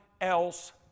else